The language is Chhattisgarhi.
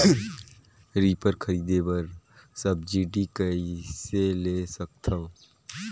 रीपर खरीदे बर सब्सिडी कइसे ले सकथव?